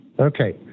Okay